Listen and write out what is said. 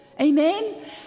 Amen